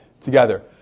together